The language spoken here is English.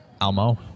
Almo